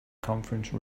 conference